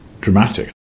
dramatic